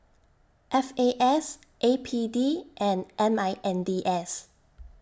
F A S A P D and M I N D S